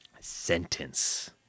sentence